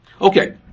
Okay